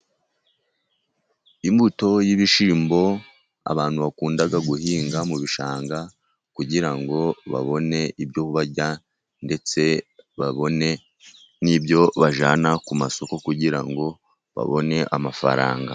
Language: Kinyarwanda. Imbuto y'ibishyimbo, abantu bakunda guhinga mu bishanga, kugira ngo babone ibyo barya ndetse babone n'ibyo bajyana ku masoko , kugira ngo babone amafaranga.